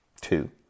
two